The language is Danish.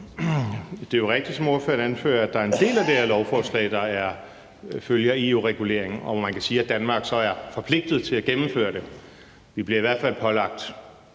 Det er jo rigtigt, som ordføreren anfører, at der er en del af det her lovforslag, der følger af EU-reguleringen, og hvor man kan sige at Danmark så er forpligtet til at gennemføre det; vi bliver i hvert fald pålagt